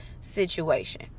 situation